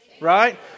Right